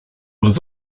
was